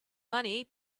money